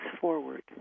forward